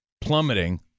plummeting